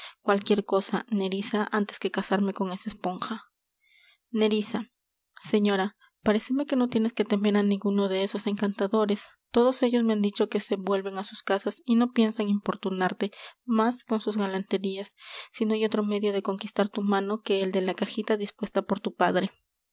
cualquier cosa nerissa antes que casarme con esa esponja nerissa señora paréceme que no tienes que temer á ninguno de esos encantadores todos ellos me han dicho que se vuelven á sus casas y no piensan importunarte más con sus galanterías si no hay otro medio de conquistar tu mano que el de la cajita dispuesta por tu padre